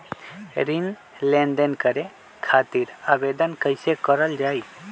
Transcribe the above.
ऋण लेनदेन करे खातीर आवेदन कइसे करल जाई?